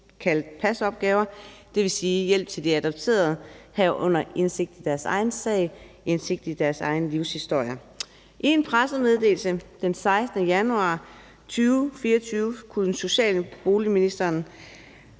kaldet PAS-opgaver, dvs. hjælp til de adopterede, herunder indsigt i deres egen sag, indsigt i deres egen livshistorie. I en pressemeddelelse den 16. januar 2024 kunne social- og boligministeren,